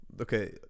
Okay